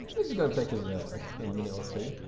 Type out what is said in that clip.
this is going to take us a minute or two.